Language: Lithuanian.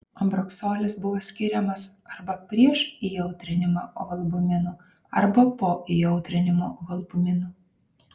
ambroksolis buvo skiriamas arba prieš įjautrinimą ovalbuminu arba po įjautrinimo ovalbuminu